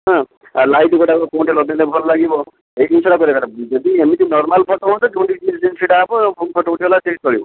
ହଁ ଆଉ ଲାଇଟ୍ ଗୁଡ଼ାକ କୋଉଠି ଲଗେଇଲେ ଭଲ ଲାଗିବ ଏଇ ଜିନିଷଟା କରିବାର ଯଦି ଏମିତି ନର୍ମାଲ୍ ଫୋଟୋ ହୁଅନ୍ତା ଯୋଉଠି ଯିଏ ଯେମିତି ଛିଡ଼ା ହେବ ଫୋଟୋ ଉଠିଗଲା ସିଏ ବି ଚଳିବ